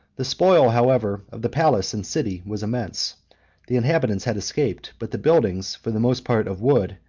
the spoil, however, of the palace and city was immense the inhabitants had escaped but the buildings, for the most part of wood,